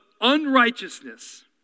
unrighteousness